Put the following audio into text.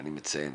ואני מציין,